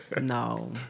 No